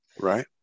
Right